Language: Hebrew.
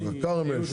שוק הכרמל,